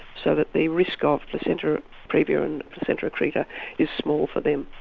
so that the risk ah of placenta previa and placenta accreta is small for them.